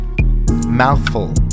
mouthful